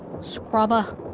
Scrubber